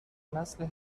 نسل